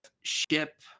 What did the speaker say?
Ship